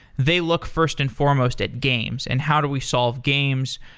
they look first and foremost at games and how do we solve games,